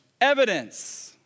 evidence